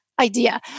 idea